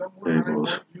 labels